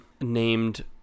named